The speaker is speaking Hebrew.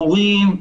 מורים,